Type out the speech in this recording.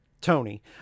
Tony